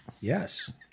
Yes